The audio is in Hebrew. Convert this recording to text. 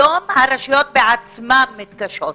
היום הרשויות עצמן מתקשות.